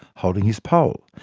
holding his pole.